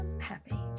happy